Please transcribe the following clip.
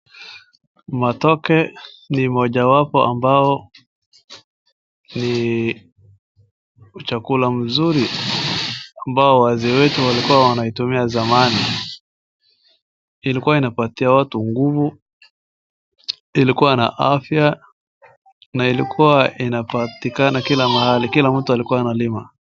Matoke ni moja wapo ambao ni chakula mzuri ambao wazee wetu walikuwa wanaitumia zamani. Ilkua inapatia watu nguvu, ilkua na afya na ilkua inapatikana kila mahali, kila mtu alikuwa analima.